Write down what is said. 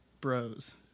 bros